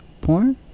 porn